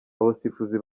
abasifuzi